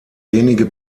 wenige